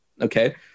okay